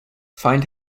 find